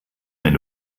wenn